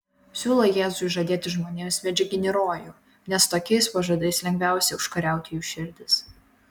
siūlo jėzui žadėti žmonėms medžiaginį rojų nes tokiais pažadais lengviausia užkariauti jų širdis